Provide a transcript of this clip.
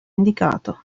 indicato